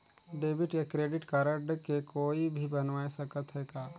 Debit या credit card के कोई भी बनवाय सकत है का?